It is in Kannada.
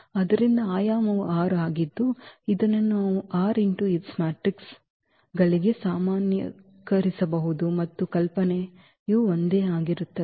ಆದ್ದರಿಂದ ಆಯಾಮವು 6 ಆಗಿದ್ದು ಇದನ್ನು ನಾವು r × s ಮ್ಯಾಟ್ರಿಕ್ಗಳಿಗೆ ಸಾಮಾನ್ಯೀಕರಿಸಬಹುದು ಮತ್ತು ಕಲ್ಪನೆಯು ಒಂದೇ ಆಗಿರುತ್ತದೆ